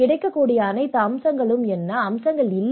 கிடைக்கக்கூடிய அனைத்து அம்சங்களும் என்ன அம்சங்கள் இல்லை